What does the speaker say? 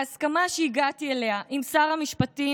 ההסכמה שהגעתי אליה עם שר המשפטים